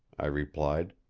i replied.